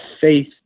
faith